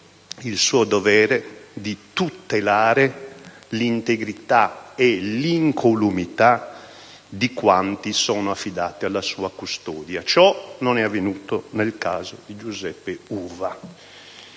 il suo dovere di tutelare l'integrità e l'incolumità di quanti sono affidati alla sua custodia. Ciò non è avvenuto nel caso di Giuseppe Uva.